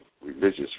religious